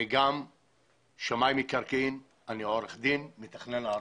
אני גם שמאי מקרקעין, אני עורך דין, מתכנן ערים.